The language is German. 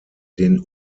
den